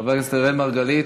חבר הכנסת אראל מרגלית,